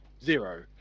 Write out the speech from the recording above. zero